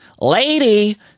Lady